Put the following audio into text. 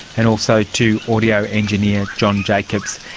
and also to audio engineer john jacobs.